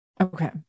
Okay